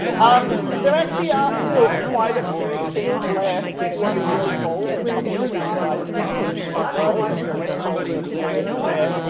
um, they're actually are still quite a few seats left. if you wanna be really bold, there are a couple of seats right in front of me in the front row. if you're less bolder a few over there.